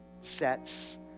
sets